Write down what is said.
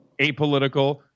apolitical